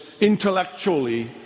intellectually